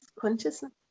consciousness